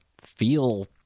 feel